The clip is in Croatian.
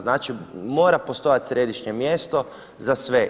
Znači mora postojati središnje mjesto za sve.